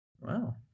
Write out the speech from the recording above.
Wow